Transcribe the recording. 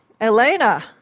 Elena